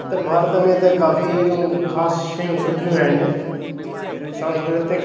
उत्तर भारत में त काफ़ी अहिड़ियूं ख़ासि शइ सुठियूं आहिनि सांस्कृतिक